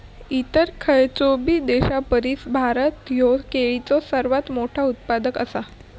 इतर खयचोबी देशापरिस भारत ह्यो केळीचो सर्वात मोठा उत्पादक आसा